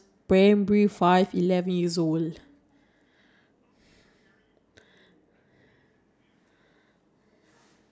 remember that one oh yes ya when okay we were having uh mother tongue class